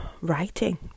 writing